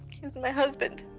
he's my husband.